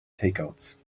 takeouts